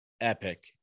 epic